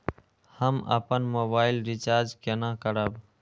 हम अपन mobile recharge केना करब?